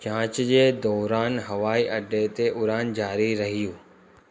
जांच जे दौरानि हवाई अॾे ते उड़ान जारी रहियूं